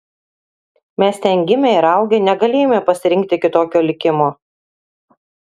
mes ten gimę ir augę negalėjome pasirinkti kitokio likimo